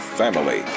family